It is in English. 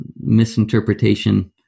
misinterpretation